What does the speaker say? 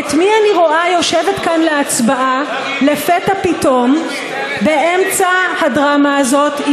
את מי אני רואה יושבת כאן להצבעה לפתע פתאום באמצע הדרמה הזאת,